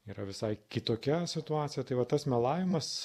yra visai kitokia situacija tai vat tas melavimas